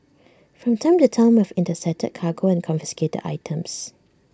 from time to time we have intercepted cargo and confiscated items